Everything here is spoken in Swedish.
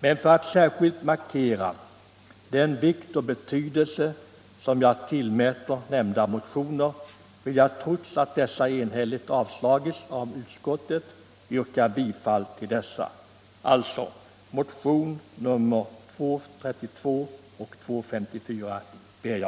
Men för att särskilt markera den vikt och betydelse som jag tillmäter nämnda motioner vill jag — trots att de enhälligt avstyrkts av utskottet — yrka bifall till dem. Jag ber alltså,